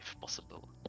possible